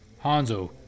Hanzo